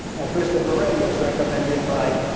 now christopher wray was recommended by